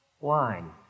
wine